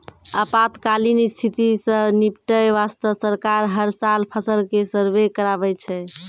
आपातकालीन स्थिति सॅ निपटै वास्तॅ सरकार हर साल फसल के सर्वें कराबै छै